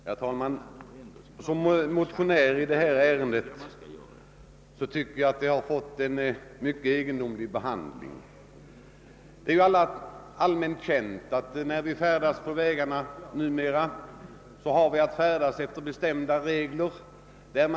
Herr talman! Som motionär i detta ärende tycker jag att motionerna fått en mycket egendomlig behandling. När vi färdas på vägarna skall vi följa bestämda regler. BL.